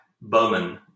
Bowman